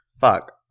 fuck